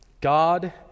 God